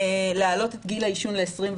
להעלות את גיל המכירה והשיווק ל-21,